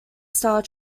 star